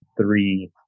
three